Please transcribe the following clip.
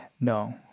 No